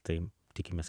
tai tikimės